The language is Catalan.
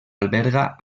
alberga